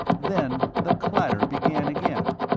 then the clatter began again.